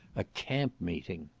a camp-meeting.